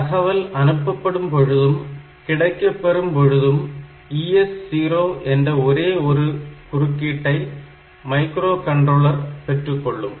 தகவல் அனுப்பப்படும் பொழுதும் கிடைக்கப்பெறும் பொழுதும் ES0 என்ற ஒரே ஒரு குறுக்கீட்டை மைக்ரோ கண்ட்ரோலர் பெற்றுக்கொள்ளும்